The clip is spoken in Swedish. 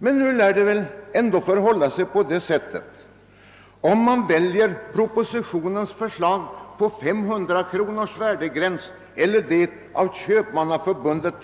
Oavsett om man såsom värdegräns väljer propositionens förslag på 500 kronor eller Köpmannaförbundets